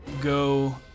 go